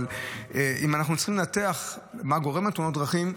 אבל אם אנחנו צריכים לנתח מה גורם לתאונות הדרכים,